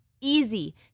easy